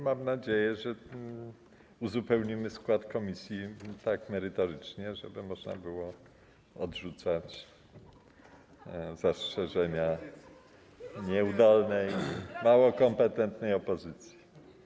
Mam nadzieję, że uzupełnimy skład komisji tak merytorycznie, żeby można było odrzucać zastrzeżenia nieudolnej, mało kompetentnej opozycji.